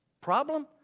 Problem